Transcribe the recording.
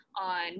on